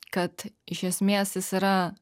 kad iš esmės jis yra